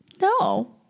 No